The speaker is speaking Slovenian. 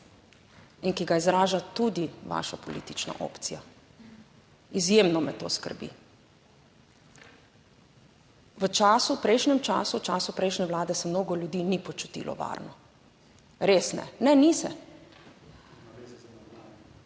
in ki ga izraža tudi vaša politična opcija. Izjemno me to skrbi. V času, v prejšnjem času, v času prejšnje vlade se mnogo ljudi ni počutilo varno. Res ne. Ne, ni se.